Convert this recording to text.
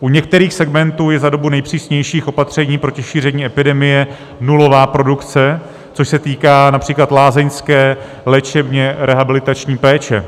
U některých segmentů je za dobu nejpřísnějších opatření proti šíření epidemie nulová produkce, což se týká například lázeňské léčebně rehabilitační péče.